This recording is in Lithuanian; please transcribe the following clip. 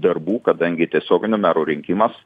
darbų kadangi tiesioginių merų rinkimas